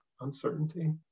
uncertainty